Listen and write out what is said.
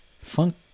funk